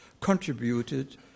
contributed